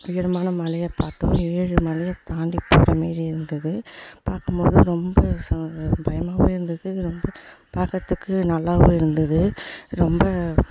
உயரமான மலையை பார்க்கவே ஏழு மலையை தாண்டி போகிற மாரி இருந்தது பார்க்கும்போது ரொம்ப ச பயமாகவும் இருந்தது ரொம்ப பார்க்குறத்துக்கு நல்லாவும் இருந்தது ரொம்ப